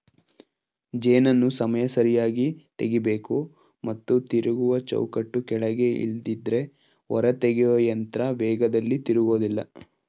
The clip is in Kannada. ಜೇನನ್ನು ಸಮಯ ಸರಿಯಾಗಿ ತೆಗಿಬೇಕು ಮತ್ತು ತಿರುಗುವ ಚೌಕಟ್ಟು ಕೆಳಗೆ ಇಲ್ದಿದ್ರೆ ಹೊರತೆಗೆಯೊಯಂತ್ರ ವೇಗದಲ್ಲಿ ತಿರುಗೋದಿಲ್ಲ